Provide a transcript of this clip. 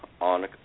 on